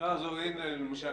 הנה למשל,